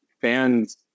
fans